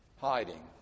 hiding